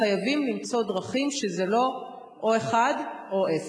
חייבים למצוא דרכים שזה לא או אחת או אפס.